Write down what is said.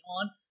on